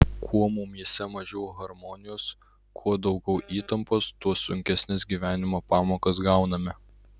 kuo mumyse mažiau harmonijos kuo daugiau įtampos tuo sunkesnes gyvenimo pamokas gauname